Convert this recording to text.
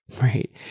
right